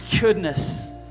goodness